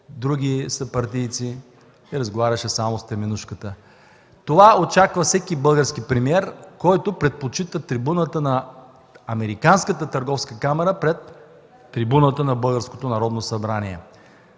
други съпартийци и разговаряше само с теменужката. Това очаква всеки български премиер, който предпочита думата на Американската търговска камара пред трибуната на Българското народно събрание.